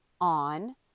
on